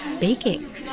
baking